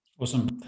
Awesome